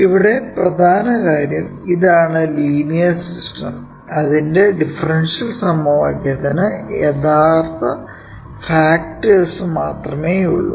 ഇവിടെ പ്രധാന കാര്യം ഇതാണ് ലീനിയർ സിസ്റ്റം അതിന്റെ ഡിഫറൻഷ്യൽ സമവാക്യത്തിന് യഥാർത്ഥ ഫാക്ടർസ് മാത്രമേയുള്ളൂ